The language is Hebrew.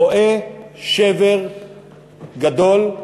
רואה שבר גדול,